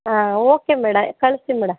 ಹಾಂ okay madam ಕಳಸ್ತೀನಿ ಮೇಡ